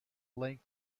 link